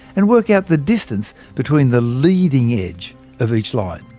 and work out the distance between the leading edge of each line.